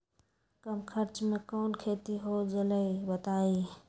कम खर्च म कौन खेती हो जलई बताई?